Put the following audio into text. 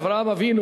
אברהם אבינו,